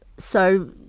so,